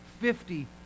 Fifty